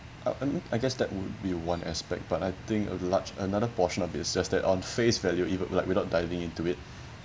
uh and I guess that would be one aspect but I think a large another portion of it's just that on face value even like without diving into it